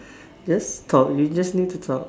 just talk you just need to talk